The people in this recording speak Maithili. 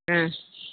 हँ